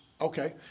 okay